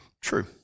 True